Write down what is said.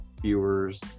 viewers